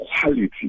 quality